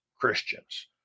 Christians